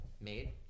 made